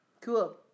Cool